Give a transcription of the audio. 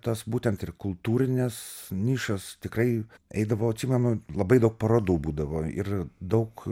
tas būtent ir kultūrinės nišas tikrai eidavau atsimenu labai daug parodų būdavo ir daug